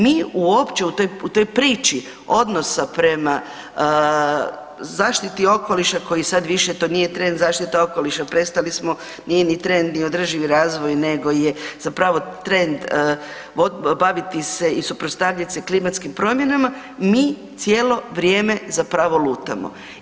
Mi uopće u toj priči odnosa prema zaštiti okoliša koji sad više to nije trend zaštite okoliša, prestali smo, nije ni trend ni održivi razvoj nego je zapravo trend baviti se i suprotstaviti se klimatskim promjenama, mi cijelo vrijeme zapravo lutamo.